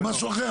זה משהו אחר.